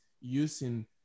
using